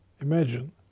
imagine